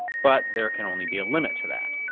but there can only be a limit to that.